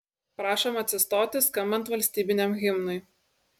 prašom atsistoti skambant valstybiniam himnui